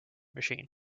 machine